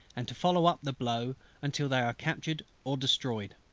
and to follow up the blow until they are captured or destroyed.